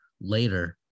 later